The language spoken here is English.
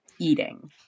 eating